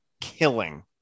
killing